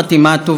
לצערי,